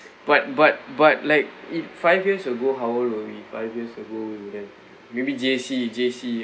but but but like if five years ago how old are we five years ago then maybe J_C J_C